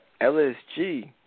LSG